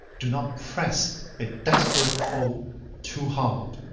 do not press a desperate foe too hard.